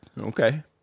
Okay